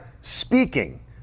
speaking